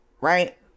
right